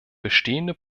bestehende